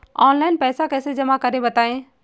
Online पैसा कैसे जमा करें बताएँ?